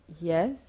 Yes